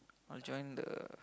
I'll join the